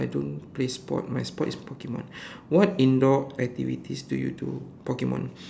I don't play sport my sport is Pokemon what indoor activities do you do Pokemon